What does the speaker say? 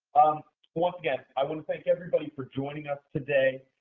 um once again, i want to thank everybody for joining us today.